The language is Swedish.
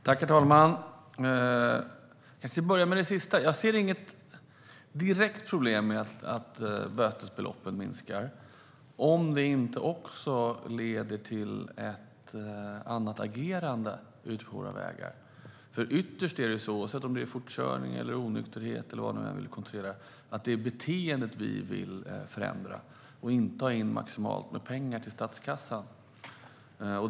Herr talman! Jag ska börja med det sista. Jag ser inget direkt problem med att bötesbeloppen minskar om det inte också leder till ett annat agerande ute på våra vägar. Ytterst är det nämligen så att det - oavsett om det gäller fortkörning, onykterhet eller vad man än vill kontrollera - är beteendet vi vill förändra. Det handlar inte om att vi vill ha in maximalt med pengar till statskassan.